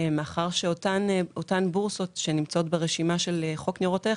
מאחר שאותן בורסות שנמצאות ברשימה של חוק ניירות ערך